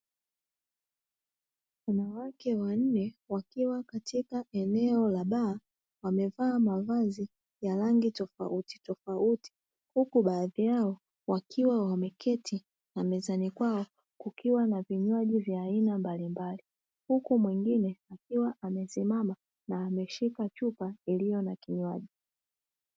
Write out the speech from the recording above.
Wanawake wanne walio katika eneo la baa, wamevaa mavazi ya aina tofautitofauti, huku baadhi yao wakiwa wameketi na mezani kwao kukiwa na vinywaji vya aina mbalimbali, huku mwingine akiwa amesimama na ameshika chupa iliyo na kinywaji.